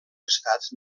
estats